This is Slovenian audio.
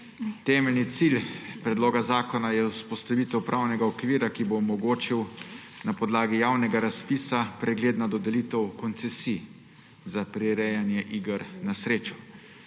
Temeljni cilj predloga zakona je vzpostavitev pravnega okvira, ki bo omogočil na podlagi javnega razpisa pregledno dodelitev koncesij za prirejanje iger na srečo.